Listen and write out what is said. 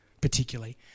particularly